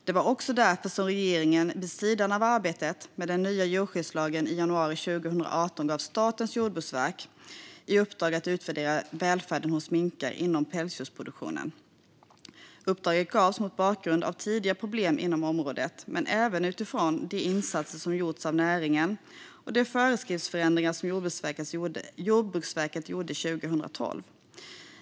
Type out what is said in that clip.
Det var också därför som regeringen vid sidan av arbetet med den nya djurskyddslagen i januari 2018 gav Statens jordbruksverk i uppdrag att utvärdera välfärden hos minkar inom pälsdjursproduktionen. Uppdraget gavs mot bakgrund av tidigare problem inom området, men även utifrån de insatser som gjorts av näringen och de föreskriftsförändringar som Jordbruksverket gjorde 2012.